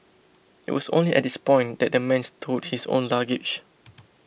it was only at this point that the man stowed his own luggage